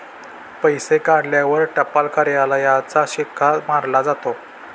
पैसे काढल्यावर टपाल कार्यालयाचा शिक्का मारला जातो